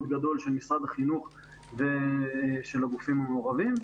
גדול של משרד החינוך ושל הגופים המעורבים,